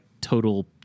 total